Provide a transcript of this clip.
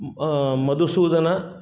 Madhusudan